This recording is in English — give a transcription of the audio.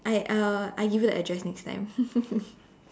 I uh I give you the address next time